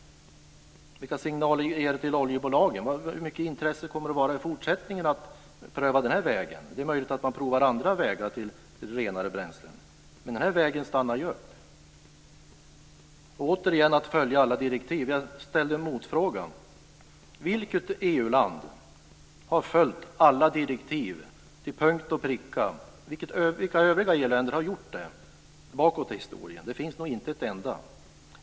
Vilka signaler ger det till oljebolagen? Hur mycket intresse kommer det att finnas i fortsättningen för att pröva den här vägen? Det är möjligt att man prövar andra vägar till renare bränslen, men på den här vägen är det stopp. Jag ställde en motfråga när det gällde att följa alla direktiv. Vilket EU-land har följt alla direktiv till punkt och pricka? Vilka övriga EU-länder har gjort det bakåt i historien? Det finns nog inte ett enda.